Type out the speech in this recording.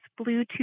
Bluetooth